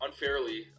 unfairly